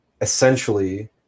essentially